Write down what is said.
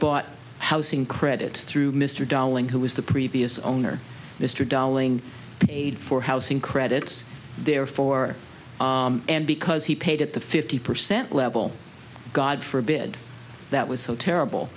bought a house in credit through mr darling who was the previous owner mr darling paid for housing credits there for and because he paid at the fifty percent level god forbid that was so terrible